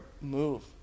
move